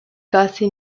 casi